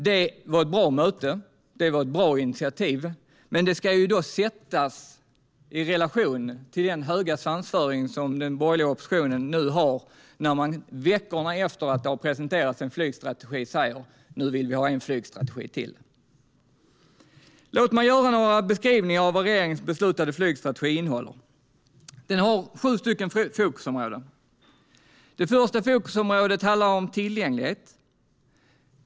Det var ett bra möte och ett bra initiativ, men det ska ställas i relation till den höga svansföring som den borgerliga oppositionen har nu när man veckorna efter att det har presenterats en flygstrategi säger: Nu vill vi ha en flygstrategi till! Låt mig göra några beskrivningar av vad regeringens beslutade flygstrategi innehåller. Den har sju fokusområden. Det första fokusområdet handlar om tillgänglighet.